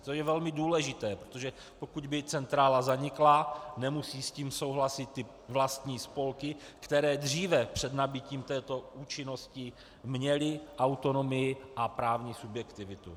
To je velmi důležité, protože pokud by centrála zanikla, nemusí s tím souhlasit vlastní spolky, které dříve před nabytím této účinnosti měly autonomii a právní subjektivitu.